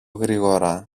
γρήγορα